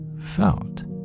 felt